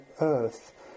earth